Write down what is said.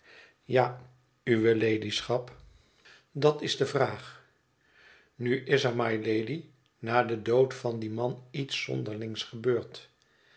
ja uwe ladyschap dat is de vraag nu is er rnylady na den dood van dien man iets zonderlings gebeurd